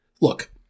look